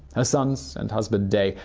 her sons, and husband day,